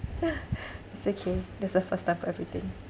it's okay there's a first time for everything